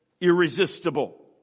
irresistible